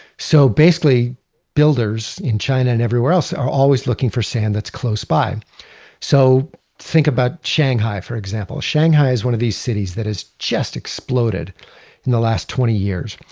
so basically builders in china and everywhere else are always looking for sand that's close by so think about shanghai, for example. shanghai is one of these cities that has just exploded in the last twenty years.